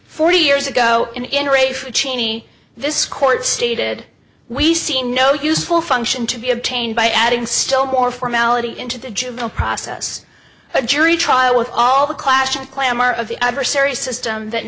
forty years ago in raif cheney this court stated we see no useful function to be obtained by adding still more formality into the juvenile process a jury trial with all the classic clamor of the adversary system that